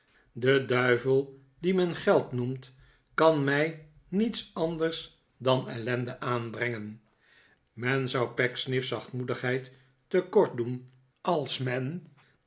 de duivel dien men geld hoemt kan mij niets anders dan ellende aanbrengen men zou pecksniff's zachtmoedigheid te kort doen als men